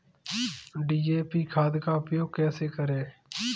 DAP खाद का उपयोग कैसे करें?